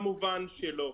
כמובן שלא.